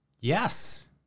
Yes